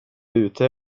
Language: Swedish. ute